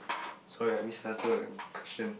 sorry I misunderstood the question